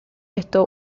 esto